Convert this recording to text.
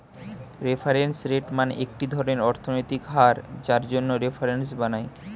reference rate মানে একটি ধরনের অর্থনৈতিক হার যার জন্য রেফারেন্স বানায়